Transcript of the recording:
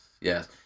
yes